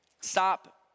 Stop